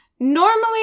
Normally